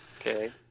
Okay